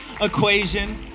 equation